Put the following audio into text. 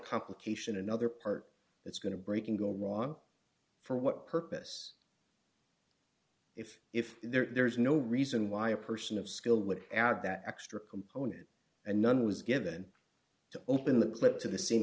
complication another part that's going to break and go wrong for what purpose if if there is no reason why a person of skill would add that extra component and none was given to open the clip to the same